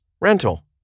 rental